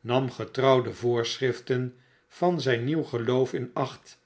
nam getrouw de voorschriften van zijn nieuwgeloof in acht